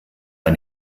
ein